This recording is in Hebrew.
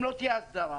אם לא תהיה הסדרה,